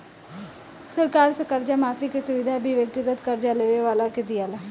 सरकार से कर्जा माफी के सुविधा भी व्यक्तिगत कर्जा लेवे वाला के दीआला